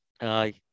Aye